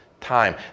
time